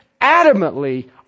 adamantly